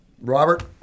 Robert